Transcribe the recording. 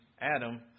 Adam